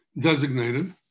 designated